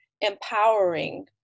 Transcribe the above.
empowering